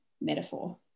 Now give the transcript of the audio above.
metaphor